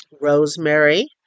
Rosemary